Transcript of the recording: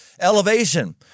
Elevation